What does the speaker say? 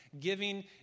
Giving